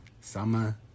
summer